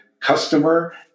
customer